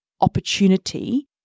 opportunity